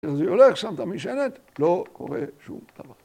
‫אז זה הולך שם במשענת, ‫לא קורה שום דבר.